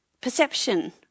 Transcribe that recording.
Perception